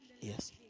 Yes